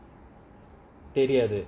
so நீவந்து:nee vandhu